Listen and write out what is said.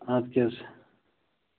اَدٕ کیٛاہ حظ